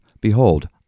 behold